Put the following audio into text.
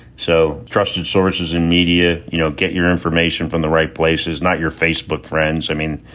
so trusted sources and media, you know, get your information from the right places, not your facebook friends. i mean,